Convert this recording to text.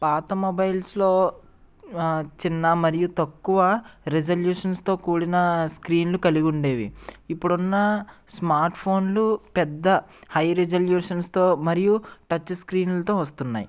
పాత మొబైల్స్లో చిన్న మరియు తక్కువ రిజల్యూషన్స్తో కూడిన స్క్రీన్లు కలిగి ఉండేవి ఇప్పుడు ఉన్న స్మార్ట్ఫోన్లు పెద్ద హై రిజల్యూషన్స్తో మరియు టచ్ స్క్రీన్లతో వస్తున్నాయి